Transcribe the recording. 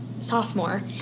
sophomore